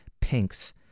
pinks